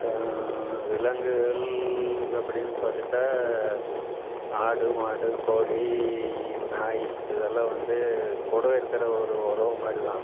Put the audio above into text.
விலங்குகள் அப்படின்னு பார்த்துட்டா ஆடு மாடு கோழி நாய் இதெல்லாம் வந்து கூடவே இருக்கிற ஒரு உறவு மாதிரி தான்